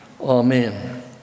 Amen